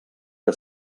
que